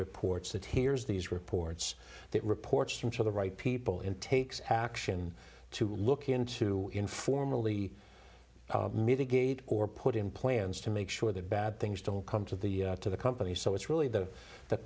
reports that hears these reports that reports from to the right people in takes action to look into informally mitigate or put in plans to make sure that bad things don't come to the to the company so it's really the the